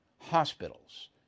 hospitals